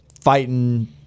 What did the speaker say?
fighting –